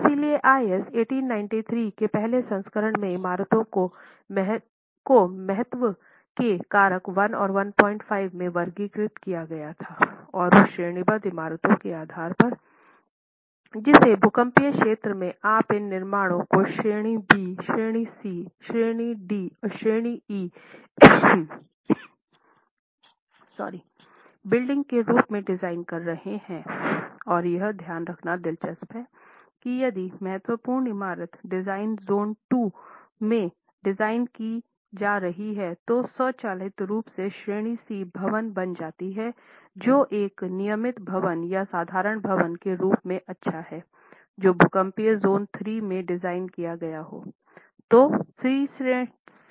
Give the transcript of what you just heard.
इसलिए आईएस 1893 के पहले संस्करण में इमारतों को महत्व के कारक 1 और 15 में वर्गीकृत किया गया था और उस श्रेणीबद्ध इमारतों के आधार पर जिस भूकंपीय क्षेत्र में आप इन निर्माणों को श्रेणी बी श्रेणी सी श्रेणी डी और श्रेणी ई बिल्डिंग के रूप में डिजाइन कर रहे हैं और यह ध्यान रखना दिलचस्प है कि यदि महत्वपूर्ण इमारत भूकंपीय जोन II में डिजाइन की जा रही है जो स्वचालित रूप से श्रेणी सी भवन बन जाती है जो एक नियमित भवन या साधारण भवन के रूप में अच्छा है जो भूकंपीय जोन III में डिजाइन किया गई हो